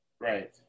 Right